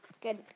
Good